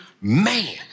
man